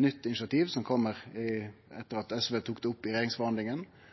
nytt initiativ som kjem etter at SV tok det opp i regjeringsforhandlingane,